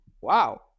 wow